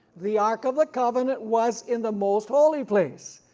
the ark of the covenant was in the most holy place.